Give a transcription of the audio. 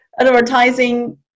advertising